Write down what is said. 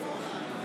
נגד החוק.